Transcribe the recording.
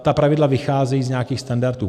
Ta pravidla vycházejí z nějakých standardů.